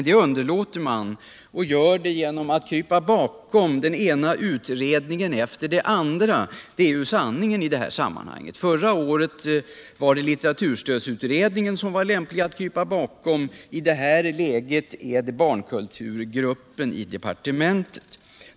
Det underlåter man genom att krypa bakom den ena utredningen efter den andra. Det är sanningen i sammanhanget. Förra året var det litteraturstödsutredningen som det var lämpligt att krypa bakom. I det här läget är det barnkulturgruppen i departementet.